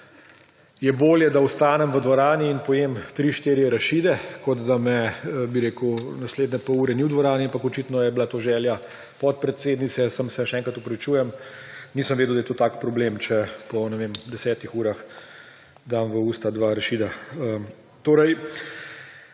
je bolje, da ostanem v dvorani in pojem tri, štiri arašide, kot da me naslednje pol ure ni v dvorani, ampak očitno je bila to želja podpredsednice. Sam se vsem še enkrat opravičujem, nisem vedel, da je to tak problem, če po desetih urah dam v usta dva arašida. Gospa